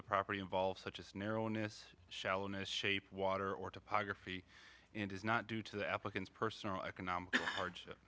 the property involved such as narrowness shallowness shape water or topography and is not due to the applicant's personal economic hardship